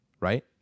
Right